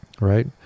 right